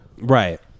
Right